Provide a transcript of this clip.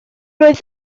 oedd